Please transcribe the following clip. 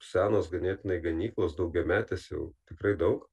senos ganėtinai ganyklos daugiametės jau tikrai daug